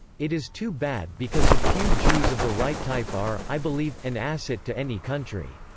it is too bad because a few jews of the right type are, i believe, an asset to any country.